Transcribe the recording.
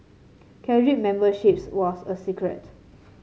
carry memberships was a secret